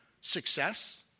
Success